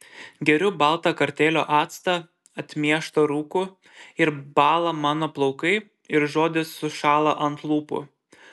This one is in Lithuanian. geriu baltą kartėlio actą atmieštą rūku ir bąla mano plaukai ir žodis sušąla ant lūpų